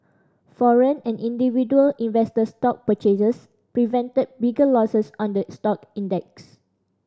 foreign and individual investor stock purchases prevented bigger losses on the stock index